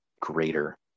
greater